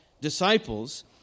disciples